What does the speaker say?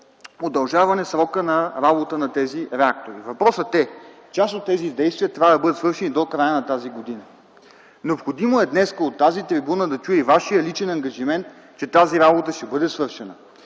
по удължаване срока на работа на тези реактори. Въпросът е, че част от тези действия трябва да бъдат свършени до края на тази година. Необходимо е днес, от тази трибуна да чуя и Вашия личен ангажимент, че тази работа ще бъде свършена.